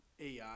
AI